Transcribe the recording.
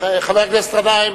חבר הכנסת גנאים,